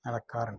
നടക്കാറുണ്ട്